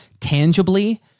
tangibly